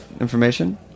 information